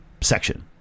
section